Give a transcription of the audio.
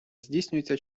здійснюється